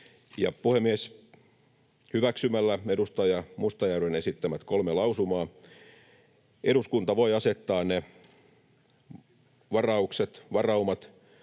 Puhemies! Hyväksymällä edustaja Mustajärven esittämät kolme lausumaa eduskunta voi asettaa ne varaumat,